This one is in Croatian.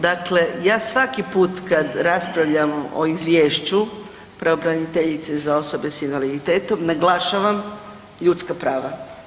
Dakle ja svaki put kad raspravljamo o izvješću pravobraniteljice za osobe invaliditetom naglašavam ljudska prava.